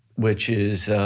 which is